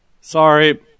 Sorry